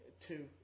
two